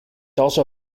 also